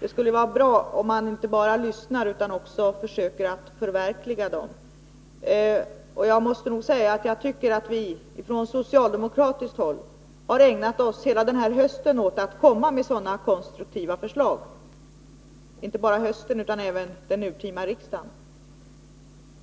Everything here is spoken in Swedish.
Det skulle vara bra om han inte bara lyssnade till dem utan också försökte att förverkliga dem. Vi har från socialdemokratiskt håll ägnat inte bara hela denna höst utan också det urtima riksmötet åt att föra fram sådana konstruktiva förslag.